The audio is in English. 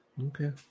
Okay